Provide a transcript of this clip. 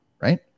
right